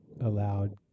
allowed